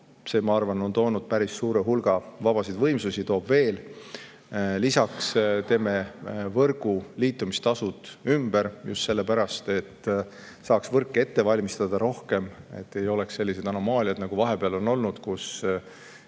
Ja see on toonud päris suure hulga vabasid võimsusi ja toob veel. Lisaks teeme võrgu liitumistasud ümber, just sellepärast, et saaks võrke ette valmistada rohkem, et ei oleks selliseid anomaaliaid, nagu vahepeal on olnud.